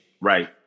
Right